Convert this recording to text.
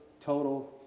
total